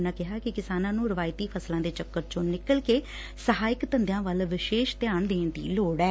ਉਨੂਾਂ ਕਿਹਾ ਕਿ ਕਿਸਾਨਾਂ ਨੂੰ ਰਵਾਇਤੀ ਫ਼ਸਲਾਂ ਦੇ ਚੱਕਰ ਵਿੱਚੋਂ ਨਿਕਲ ਕੇ ਸਹਾਇਕ ਧੰਦਿਆਂ ਵੱਲ ਵਿਸੇਸ ਧਿਆਨ ਦੇਣ ਦੀ ਲੋੜ ਐ